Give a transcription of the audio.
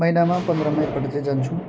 महिनामा पन्ध्रमा एकपल्ट चाहिँ जान्छौँ